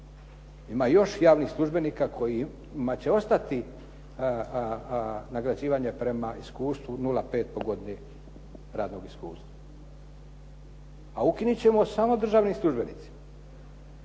Ima još javnih službenika kojima će ostati nagrađivanje prema iskustvu 0,5 po godini radnog iskustva. A ukinuti ćemo samo državnim službenicima,